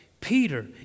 Peter